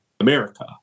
America